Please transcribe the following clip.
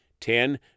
Ten